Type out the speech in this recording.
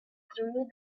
threw